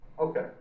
Okay